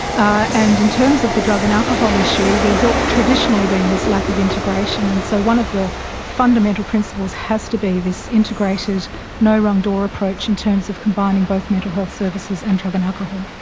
ah and in terms of the drug and alcohol issue, there has um traditionally been this lack of integration, and so one of the fundamental principles has to be this integrated no wrong door approach in terms of combining both mental health services and drug and alcohol.